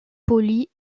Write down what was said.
polis